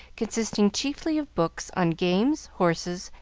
consisting chiefly of books on games, horses,